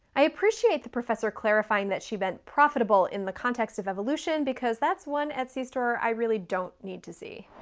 i appreciate the professor clarifying that she meant profitable in the context of evolution, because that's one etsy store i really don't need to see.